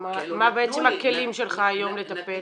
מה בעצם הכלים שלך היום לטפל?